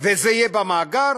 וזה יהיה במאגר,